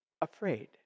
afraid